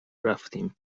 رفتیم